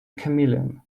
chameleon